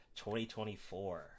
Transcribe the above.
2024